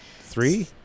Three